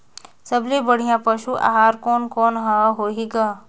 सबले बढ़िया पशु आहार कोने कोने हर होही ग?